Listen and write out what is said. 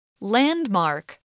LANDMARK